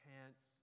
pants